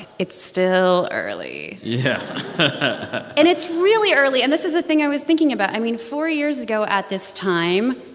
it's still early yeah and it's really early. and this is the thing i was thinking about. i mean, four years ago at this time,